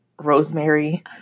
Rosemary